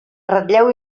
ratlleu